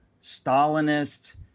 Stalinist